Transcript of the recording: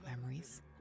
memories